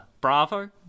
Bravo